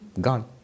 gone